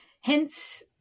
hence